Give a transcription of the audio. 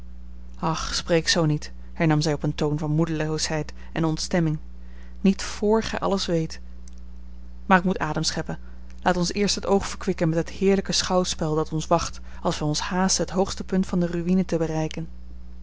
och spreek zoo niet hernam zij op een toon van moedeloosheid en ontstemming niet vr gij alles weet maar ik moet adem scheppen laat ons eerst het oog verkwikken met het heerlijke schouwspel dat ons wacht als wij ons haasten het hoogste punt van de ruïne te bereiken